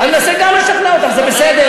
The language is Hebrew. אני מנסה גם לשכנע אותך, זה בסדר.